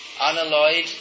unalloyed